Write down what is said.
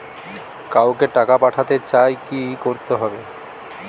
কাউকে টাকা পাঠাতে চাই কি করতে হবে?